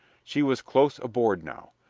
she was close aboard now.